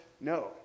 no